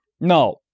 No